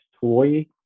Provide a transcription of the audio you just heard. toy